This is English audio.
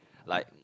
like